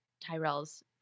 Tyrell's